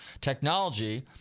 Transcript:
technology –